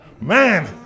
Man